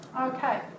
okay